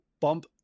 bump